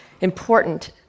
important